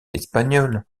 espagnole